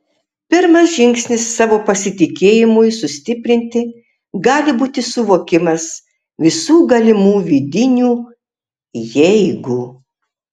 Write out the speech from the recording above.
pirmas žingsnis savo pasitikėjimui sustiprinti gali būti suvokimas visų galimų vidinių jeigu